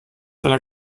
einer